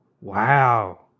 Wow